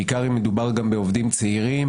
בעיקר אם מדובר בעובדים צעירים